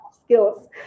skills